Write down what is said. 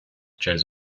chose